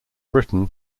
britain